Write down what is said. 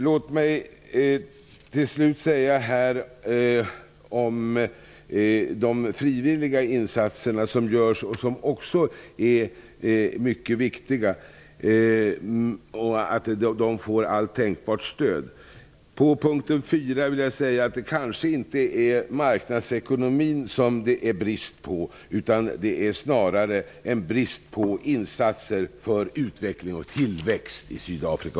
Låt mig till slut säga att det är angeläget att de frivilliga insatser som görs och som är mycket viktiga får allt tänkbart stöd. På punkten 4 vill jag säga att det kanske inte är marknadsekonomi som det är brist på, utan det är snarare en brist på insatser för utveckling och tillväxt i Sydafrika.